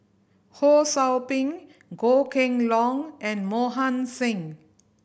Ho Sou Ping Goh Kheng Long and Mohan Singh